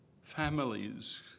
families